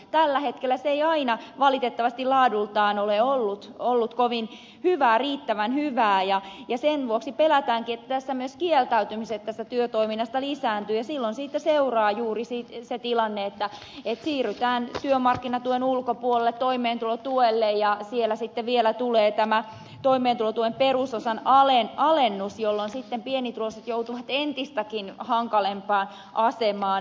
tällä hetkellä se ei aina valitettavasti laadultaan ole ollut kovin hyvää riittävän hyvää ja sen vuoksi pelätäänkin että tässä myös kieltäytymiset tästä työtoiminnasta lisääntyvät ja silloin siitä seuraa juuri se tilanne että siirrytään työmarkkinatuen ulkopuolelle toimeentulotuelle ja siellä sitten vielä tulee tämä toimeentulotuen perusosan alennus jolloin sitten pienituloiset joutuvat entistäkin hankalampaan asemaan